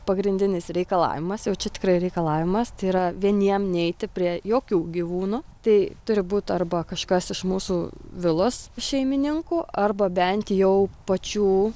pagrindinis reikalavimas jau čia tikrai reikalavimas tai yra vieniem neiti prie jokių gyvūnų tai turi būt arba kažkas iš mūsų vilos šeimininkų arba bent jau pačių